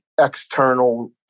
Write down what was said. external